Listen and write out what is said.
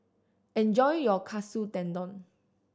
enjoy your Katsu Tendon